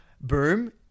boom